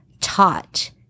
taught